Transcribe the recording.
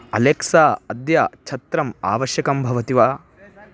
Alexa अद्य छत्रम् आवश्यकं भवति वा